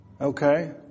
Okay